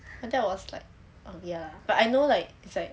and that was like oh ya but I know like is like